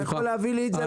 אתה יכול לתת לי את זה?